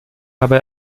habe